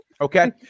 Okay